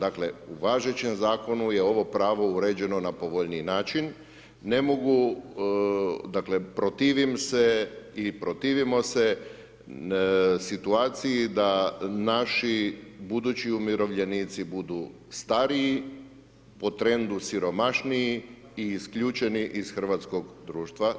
Dakle, u važećem zakonu je ovo pravo uređeno na povoljniji način, ne mogu dakle protivim se i protivimo se situaciji da naši budući umirovljenici budu stariji po trendu siromašniji i isključeni ih hrvatskog društva.